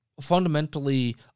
fundamentally